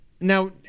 now